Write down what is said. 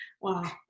Wow